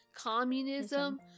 communism